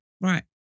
Right